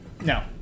No